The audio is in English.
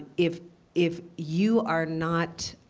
if if you are not